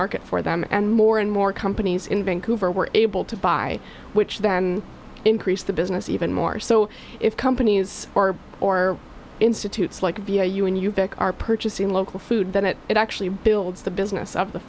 market for them and more and more companies in vancouver were able to buy which then increase the business even more so if companies or or institutes like via you when you are purchasing local food that it actually builds the business of the